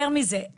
יותר מזה,